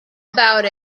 about